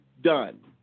done